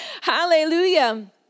hallelujah